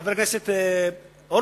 חבר הכנסת הורוביץ,